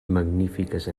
magnífiques